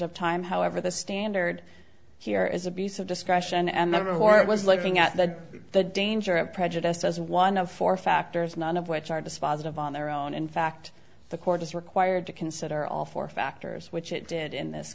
of time however the standard here is abuse of discretion and never more it was looking at that the danger of prejudiced as one of four factors none of which are dispositive on their own in fact the court is required to consider all four factors which it did in this